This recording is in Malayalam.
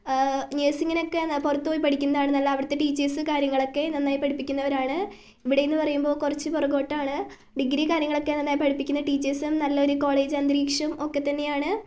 നഴ്സിംഗിനൊക്കെ പുറത്തുപോയി പഠിക്കുന്നതാണ് നല്ലത് അവിടുത്തെ ടീച്ചേഴ്സ് കാര്യങ്ങളൊക്കെ നന്നായി പഠിപ്പിക്കുന്നവരാണ് ഇവിടെ നിന്നു പറയുമ്പോൾ കുറച്ച് പുറകോട്ടാണ് ഡിഗ്രി കാര്യങ്ങളൊക്കെ നന്നായി പഠിപ്പിക്കുന്ന ടീച്ചേഴ്സും നല്ലൊരു കോളേജ് അന്തരീക്ഷം ഒക്കെ തന്നെയാണ്